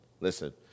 Listen